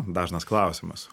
dažnas klausimas